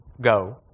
Go